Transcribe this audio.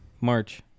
March